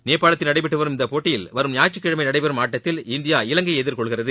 நேபாளத்தில் நடைபெற்று வரும் இப்போட்டியில் வரும் ஞாயிற்றுக் கிழமை நடைபெறும் ஆட்டத்தில் இந்தியா இலங்கையை எதிர்கொள்கிறது